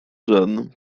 żadną